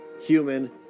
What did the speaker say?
human